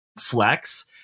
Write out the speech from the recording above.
flex